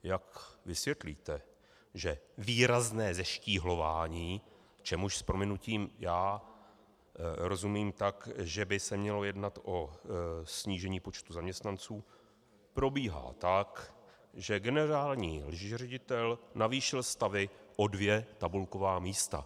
Jak vysvětlíte, že výrazné zeštíhlování, čemuž s prominutím já rozumím tak, že by se mělo jednat o snížení počtu zaměstnanců, probíhá tak, že generální ředitel navýšil stavy o dvě tabulková místa?